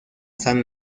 san